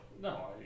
no